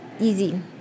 easy